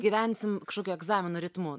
gyvensim kažkokio egzamino ritmu